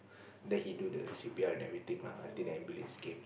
then he do the C_P_R and everything lah until the ambulance came